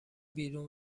بیرون